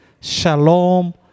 Shalom